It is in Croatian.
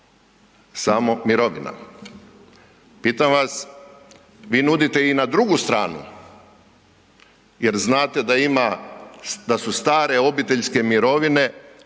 samo mirovina. Pitam vas, vi nudite i na drugu stranu jer znate da ima, da su stare obiteljske mirovine